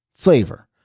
flavor